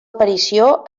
aparició